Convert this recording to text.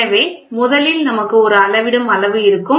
எனவே முதலில் நமக்கு ஒரு அளவிடும் அளவு இருக்கும்